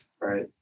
right